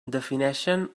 defineixen